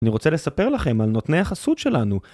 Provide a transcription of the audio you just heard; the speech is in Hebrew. אני רוצה לספר לכם על נותני החסות שלנו.